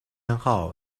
偏好